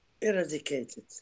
eradicated